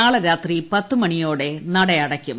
നാളെ രാത്രി പത്ത് മണിയോടെ നടയടക്കും